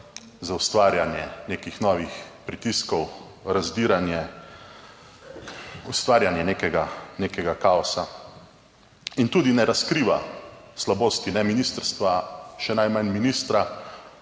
za ustvarjanje nekih novih pritiskov, razdiranje ustvarjanje nekega, nekega kaosa. In tudi ne razkriva slabosti ne ministrstva, še najmanj ministra,